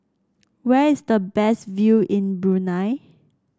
where is the best view in Brunei